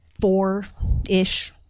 four-ish